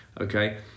okay